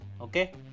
Okay